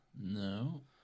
No